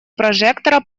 прожектора